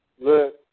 Look